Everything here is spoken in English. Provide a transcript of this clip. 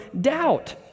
doubt